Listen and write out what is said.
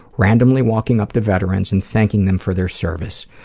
randomly walking up to veterans and thanking them for their service.